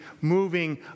moving